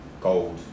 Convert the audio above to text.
gold